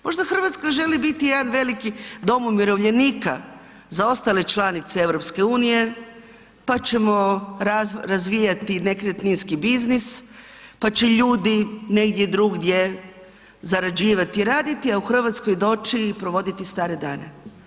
Možda RH želi biti jedan veliki dom umirovljenika za ostale članice EU, pa ćemo razvijati nekretninski biznis, pa će ljudi negdje drugdje zarađivat i raditi, a u RH doći i provoditi stare dane.